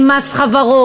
הם מס חברות,